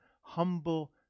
humble